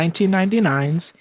1999's